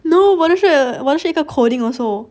no 我的是是一个 coding also